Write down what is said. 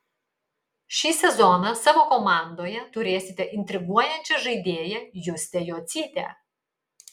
šį sezoną savo komandoje turėsite intriguojančią žaidėją justę jocytę